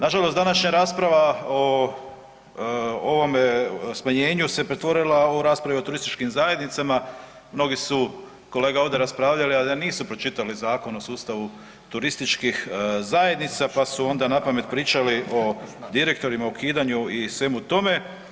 Nažalost današnja rasprava o ovome smanjenju se pretvorila o raspravu o turističkim zajednicama, mnogi su kolege ovdje raspravljali, a da nisu pročitali Zakon o sustavu turističkih zajednica pa su onda napamet pričali o direktorima, ukidanju i svemu tome.